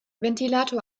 ventilator